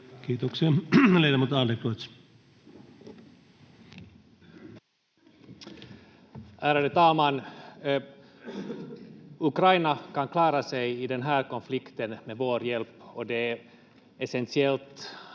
tilanteesta Time: 14:18 Content: Ärade talman! Ukraina kan klara sig i den här konflikten med vår hjälp, och det är essentiellt